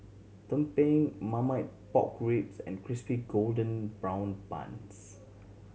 tumpeng Marmite Pork Ribs and Crispy Golden Brown Bun